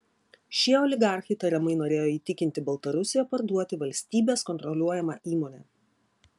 šie oligarchai tariamai norėjo įtikinti baltarusiją parduoti valstybės kontroliuojamą įmonę